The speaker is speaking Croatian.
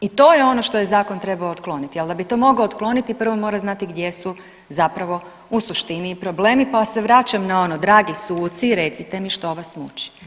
I to je ono što je zakon trebao otkloniti, ali da bi to mogao otkloniti prvo mora znati gdje su zapravo u suštini i problemi, pa se vraćam na ono dragi suci recite mi što vas muči.